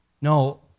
No